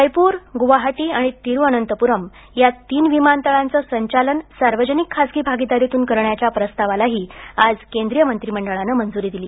जयपूर गुवाहाटी आणि तिरुवअनंतपुरम या तीन विमानतळांचं संचालन सार्वजनिक खाजगी भागीदारीतून करण्याच्या प्रस्तावालाही आज केंद्रीय मंत्रिमंडळानं मंजूरी दिली